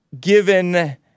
given